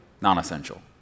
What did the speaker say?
non-essential